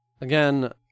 Again